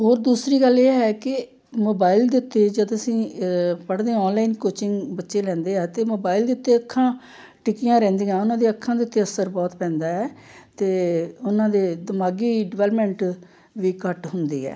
ਹੋਰ ਦੂਸਰੀ ਗੱਲ ਇਹ ਹੈ ਕਿ ਮੋਬਾਈਲ ਦੇ ਉੱਤੇ ਜਦੋਂ ਅਸੀਂ ਪੜ੍ਹਦੇ ਔਨਲਾਈਨ ਕੋਚਿੰਗ ਬੱਚੇ ਲੈਂਦੇ ਆ ਤਾਂ ਮੋਬਾਇਲ ਦੇ ਉੱਤੇ ਅੱਖਾਂ ਟਿੱਕੀਆਂ ਰਹਿੰਦੀਆਂ ਉਹਨਾਂ ਦੀਆਂ ਅੱਖਾਂ ਦੇ ਉੱਤੇ ਅਸਰ ਬਹੁਤ ਪੈਂਦਾ ਹੈ ਅਤੇ ਉਹਨਾਂ ਦੇ ਦਿਮਾਗੀ ਡਿਵੈਲਪਮੈਂਟ ਵੀ ਘੱਟ ਹੁੰਦੀ ਹੈ